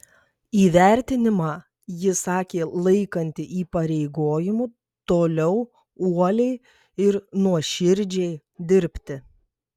įvertinimą ji sakė laikanti įpareigojimu toliau uoliai ir nuoširdžiai dirbti